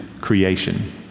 creation